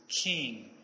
king